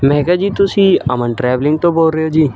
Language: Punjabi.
ਮੈਂ ਕਿਹਾ ਜੀ ਤੁਸੀਂ ਅਮਨ ਟਰੈਵਲਿੰਗ ਤੋਂ ਬੋਲ ਰਹੇ ਹੋ ਜੀ